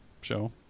show